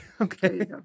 okay